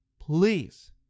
please